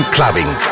Clubbing